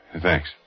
Thanks